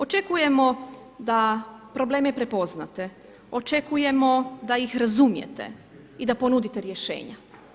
Očekujemo da probleme prepoznate, očekujemo da ih razumijete i da ponudite rješenja.